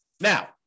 Now